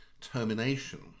termination